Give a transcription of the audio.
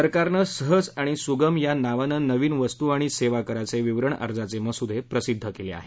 सरकारनं सहज आणि सुगम या नावानं नवीन वस्तू आणि सेवा कराचे विवरण अर्जाचे मसुदे प्रसिद्ध केले आहेत